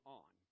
on